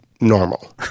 normal